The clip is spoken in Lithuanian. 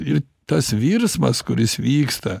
ir tas virsmas kuris vyksta